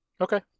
Okay